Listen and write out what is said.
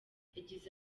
yagize